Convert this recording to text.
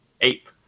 ape